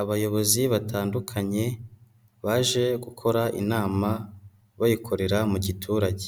Abayobozi batandukanye, baje gukora inama bayikorera mu giturage,